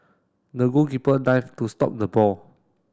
the goalkeeper dived to stop the ball